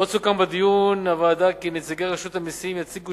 עוד סוכם בדיון הוועדה כי נציגי רשות המסים יציגו